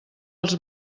els